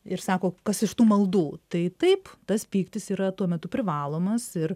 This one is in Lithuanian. ir sako kas iš tų maldų tai taip tas pyktis yra tuo metu privalomas ir